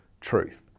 truth